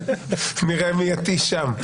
נראה מי יתיש שם.